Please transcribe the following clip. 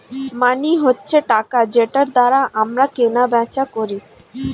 মানি হচ্ছে টাকা যেটার দ্বারা আমরা কেনা বেচা করি